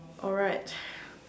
alright